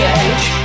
age